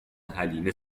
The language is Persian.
حلیمه